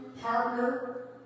partner